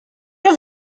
have